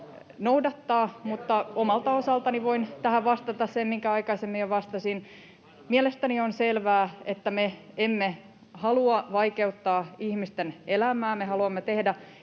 noudattaa. Omalta osaltani voin tähän vastata sen, minkä aikaisemmin jo vastasin. Mielestäni on selvää, että me emme halua vaikeuttaa ihmisten elämää. Me haluamme tehdä